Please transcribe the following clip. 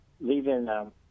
leaving